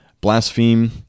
blaspheme